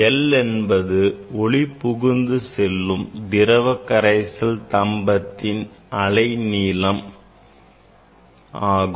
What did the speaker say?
l என்பது ஒளி புகுந்து செல்லும் திரவ கரைசல் தம்பத்தின் நீளம் ஆகும்